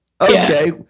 Okay